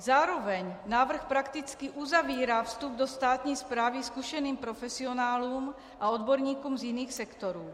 Zároveň návrh prakticky uzavírá vstup do státní správy zkušeným profesionálům a odborníkům z jiných sektorů.